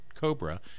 Cobra